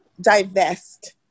divest